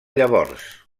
llavors